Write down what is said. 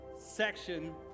section